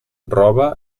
roba